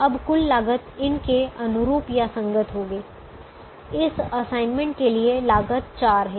अब कुल लागत इन के अनुरूप या संगत होगी इस असाइनमेंट के लिए लागत चार है